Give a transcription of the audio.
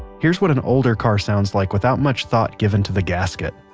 here's what an older car sounds like without much thought given to the gasket